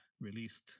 released